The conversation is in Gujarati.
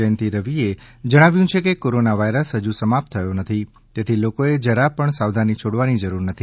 જયંતી રવિ એ જણાવ્યું છે કે કોરોના વાયરસ હજુ સમાપ્ત થયો નથી તેથી લોકોએ જરા પણ સાવધાની છોડવાની જરૂર નથી